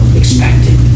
expected